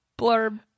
blurb